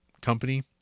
company